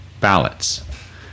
ballots